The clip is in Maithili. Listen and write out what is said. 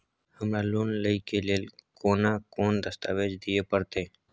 हमरा लोन लय के लेल केना कोन दस्तावेज दिए परतै?